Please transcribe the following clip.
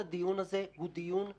כל הדיון הזה הוא דיון עקר,